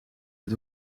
het